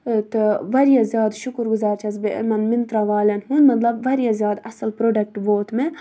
تہٕ واریاہ زیادٕ شُکُر گُزار چھَس بہٕ یِمَن مِنترٛا والٮ۪ن ہُنٛد مطلب واریاہ زیادٕ اَصٕل پرٛوڈَکٹ ووت مےٚ